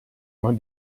man